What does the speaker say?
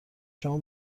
شما